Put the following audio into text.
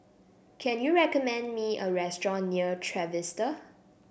can you recommend me a restaurant near Trevista